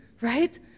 right